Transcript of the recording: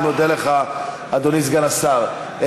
אני מודה לך, אדוני סגן השר.